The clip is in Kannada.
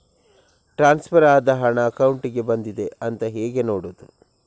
ಟ್ರಾನ್ಸ್ಫರ್ ಆದ ಹಣ ಅಕೌಂಟಿಗೆ ಬಂದಿದೆ ಅಂತ ಹೇಗೆ ನೋಡುವುದು?